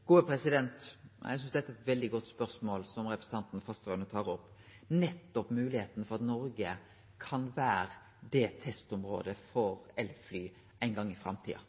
Eg synest det er eit veldig godt spørsmål representanten Fasteraune tar opp – nettopp moglegheita for at Noreg kan vere testområde for elfly ein gong i framtida.